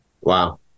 Wow